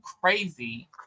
crazy